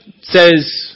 says